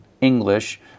English